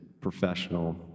professional